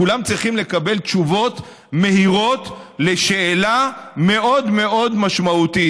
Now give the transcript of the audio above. כולם צריכים לקבל תשובות מהירות על שאלה מאוד מאוד משמעותית,